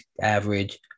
average